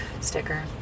sticker